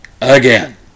again